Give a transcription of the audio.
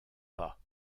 pas